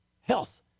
Health